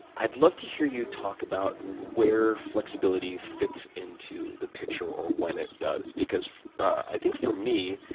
i'd love to hear you talk about where flexibility fits into the picture, or when it does. because i think for me,